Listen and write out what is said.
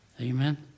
Amen